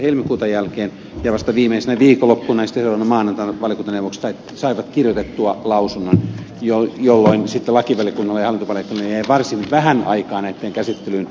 helmikuuta jälkeen ja vasta viimeisenä viikonloppuna ja sitä seuraavana maanantaina valiokuntaneuvokset saivat kirjoitettua lausunnon jolloin lakivaliokunnalle ja hallintovaliokunnalle jäi varsin vähän aikaa näitten käsittelyyn